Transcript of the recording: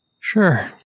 Sure